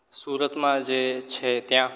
સુરતમાં જે છે ત્યાં